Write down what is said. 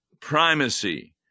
primacy